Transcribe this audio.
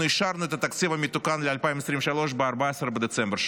אנחנו אישרנו את התקציב המתוקן ל-2023 ב-14 בדצמבר,